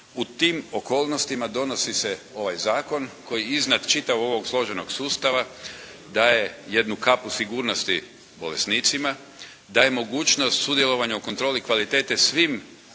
U tim okolnostima donosi se ovaj zakon koji je iznad čitavog ovog složenog sustava, daje jednu kapu sigurnosti bolesnicima. Daje mogućnost sudjelovanja u kontroli kvalitete svim